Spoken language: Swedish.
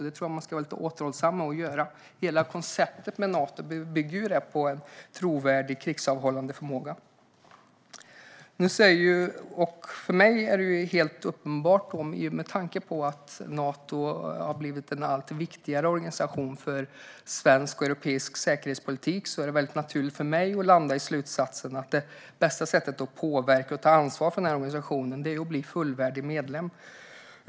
Det tror jag att man ska vara lite återhållsam med att göra. Hela Natokonceptet bygger ju på en trovärdig krigsavhållande förmåga. Med tanke på att Nato har blivit en allt viktigare organisation för svensk och europeisk säkerhetspolitik är det naturligt för mig att landa i slutsatsen att det bästa sättet att påverka och ta ansvar för denna organisation är att bli fullvärdig medlem.